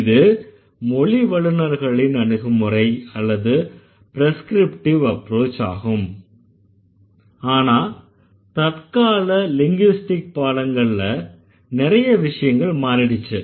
இது மொழி வல்லுநர்களின் அணுகுமுறை அல்லது ப்ரெஸ்க்ரிப்டிவ் அப்ரோச் ஆகும் ஆனா தற்கால ல்ங்விஸ்டிக் பாடங்கள்ல நிறைய விஷயங்கள் மாறிடுச்சு